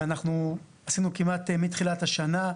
ואנחנו עשינו כמעט מתחילת השנה,